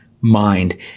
mind